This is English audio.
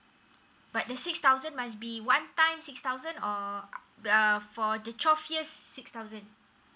but the six thousand must be one time six thousand or for the twelve years six thousand